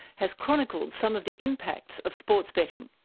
has chronicled some of the impacts of sports betting.